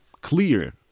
clear